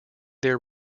their